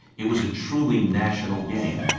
it was a truly national game.